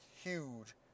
huge